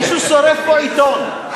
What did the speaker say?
מישהו שורף פה עיתון.